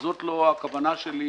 אז זאת לא הכוונה שלי.